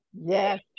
yes